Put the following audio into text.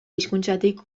hizkuntzatik